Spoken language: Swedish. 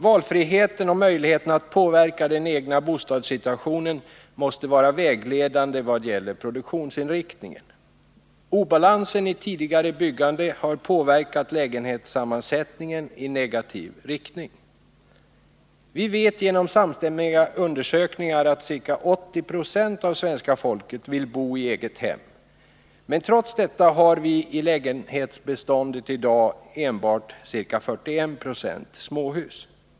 Valfriheten och möjligheten att påverka den egna bostadssituationen måste vara vägledande vad gäller produktionsinriktningen. Obalansen i tidigare byggande har påverkat lägenhetssammansättningen i negativ riktning. Vi vet genom samstämmiga undersökningar att ca 80 96 av svenska folket vill bo i eget hem, men trots detta har vi i lägenhetsbeståndet i dag endast ca 41 26 småhus.